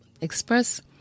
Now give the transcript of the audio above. express